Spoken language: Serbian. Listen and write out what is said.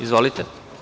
Izvolite.